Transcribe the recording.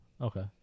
okay